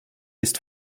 ist